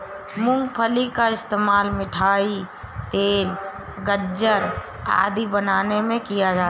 मूंगफली का इस्तेमाल मिठाई, तेल, गज्जक आदि बनाने में किया जाता है